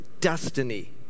destiny